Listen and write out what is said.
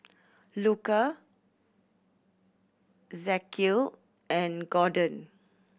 Luka Ezekiel and Gorden